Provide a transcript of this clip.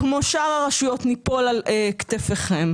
כמו שאר הרשויות ניפול על כתפיכם.